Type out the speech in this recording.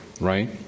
right